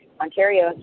ontario